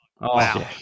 wow